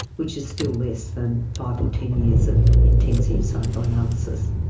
which is still less than five or ten years of intensive psychoanalysis.